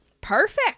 Perfect